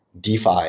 DeFi